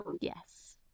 Yes